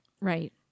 Right